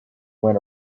went